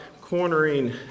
cornering